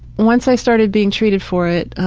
once i started being treated for it,